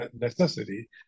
necessity